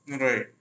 Right